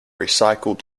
recycled